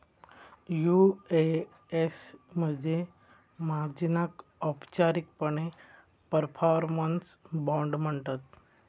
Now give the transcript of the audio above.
UAS मध्ये मार्जिनाक औपचारिकपणे परफॉर्मन्स बाँड म्हणतत